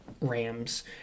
rams